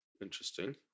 Interesting